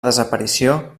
desaparició